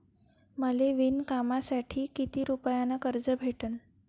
मले विणकामासाठी किती रुपयानं कर्ज भेटन?